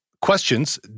questions